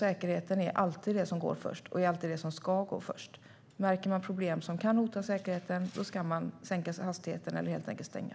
Säkerheten är alltid det som går först och det som alltid ska gå först. Märker man problem som kan hota säkerheten ska man sänka hastigheten eller helt enkelt stänga.